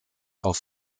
auf